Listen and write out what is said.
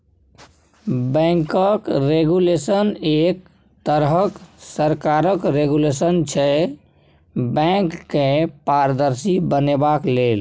बैंकक रेगुलेशन एक तरहक सरकारक रेगुलेशन छै बैंक केँ पारदर्शी बनेबाक लेल